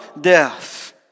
death